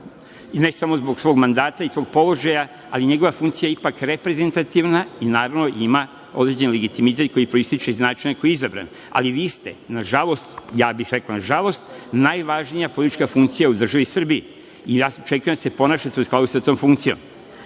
i ne samo zbog svog mandata i tog položaja, ali njegova funkcija je ipak reprezentativna i, naravno, ima određen legitimitet koji proističe iz načina na koji je izabran. Ali, i vi ste, nažalost, rekao bih nažalost, najvažnija politička funkcija u državi Srbiji, i čekam da se ponašate u skladu sa tom funkcijom.S